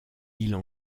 îles